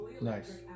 Nice